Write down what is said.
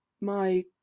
My